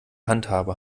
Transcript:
handhabe